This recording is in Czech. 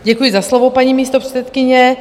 Děkuji za slovo, paní místopředsedkyně.